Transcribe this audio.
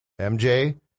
MJ